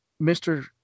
Mr